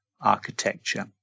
architecture